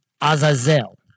Azazel